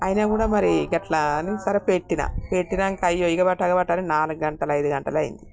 అయినా కూడా మరి గట్ల అని సరే పెట్టాను పెట్టాక అని నాలుగు గంటల ఐదు గంటల అయింది